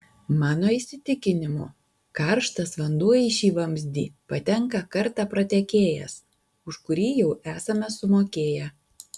mano įsitikinimu karštas vanduo į šį vamzdį patenka kartą pratekėjęs už kurį jau esame sumokėję